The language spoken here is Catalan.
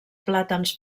plàtans